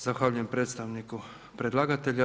Zahvaljujem predstavniku predlagatelja.